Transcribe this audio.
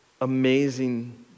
amazing